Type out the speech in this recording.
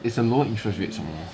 it's a low interest rates some more